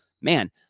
Man